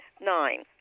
Nine